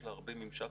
יש לה הרבה ממשק